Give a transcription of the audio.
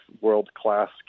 world-class